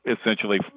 essentially